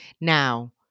Now